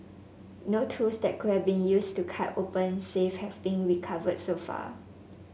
no tools that could have been used to cut open safe have been recovered so far